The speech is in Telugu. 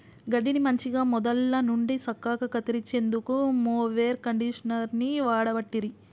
గడ్డిని మంచిగ మొదళ్ళ నుండి సక్కగా కత్తిరించేందుకు మొవెర్ కండీషనర్ని వాడబట్టిరి